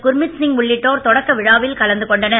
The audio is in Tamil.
குர்மித் சிங் உள்ளிட்டோர் தொடக்கி விழாவில் கலந்துகொண்டனர்